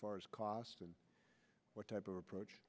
far as cost and what type of approach